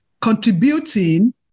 contributing